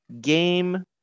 game